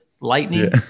lightning